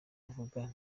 avuga